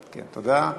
תודה.